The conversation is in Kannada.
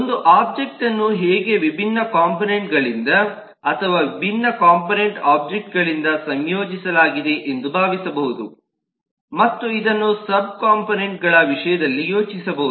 ಒಂದು ಒಬ್ಜೆಕ್ಟ್ಅನ್ನು ಹೇಗೆ ವಿಭಿನ್ನ ಕೋಂಪೊನೆಂಟ್ಗಳಿಂದ ಅಥವಾ ವಿಭಿನ್ನ ಕೋಂಪೊನೆಂಟ್ ಒಬ್ಜೆಕ್ಟ್ಗಳಿಂದ ಸಂಯೋಜಿಸಲಾಗಿದೆ ಎಂದು ಭಾವಿಸಬಹುದು ಮತ್ತು ಇದನ್ನು ಸಬ್ ಕೋಂಪೊನೆಂಟ್ಗಳ ವಿಷಯದಲ್ಲಿ ಯೋಚಿಸಬಹುದು